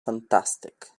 fantastic